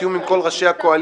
בתיאום עם כל ראשי הקואליציה.